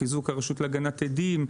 חיזוק הרשות להגנת עדים.